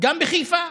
גם בחיפה.